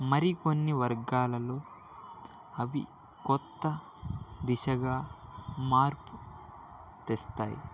మరి కొన్ని వర్గాలలో అవి కొత్త దిశగా మార్పు తెస్తాయి